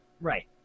Right